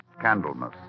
Candlemas